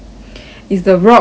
is the rock lor